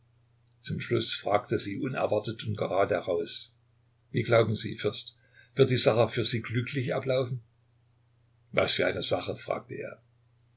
zum schluß fragte sie unerwartet und geradeheraus wie glauben sie fürst wird die sache für sie glücklich ablaufen was für eine sache fragte er